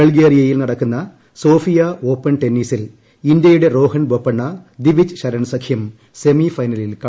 ബൾഗേറിയയിൽ നടക്കുന്ന Sofia open ടെന്നീസിൽ ഇന്ത്യയുടെ രോഹൻ ബൊപ്പണ്ണ ദിവിജ് ഷരൺ സഖ്യം സെമി ഫൈനലിൽ കടന്നു